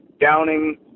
Downing